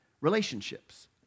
relationships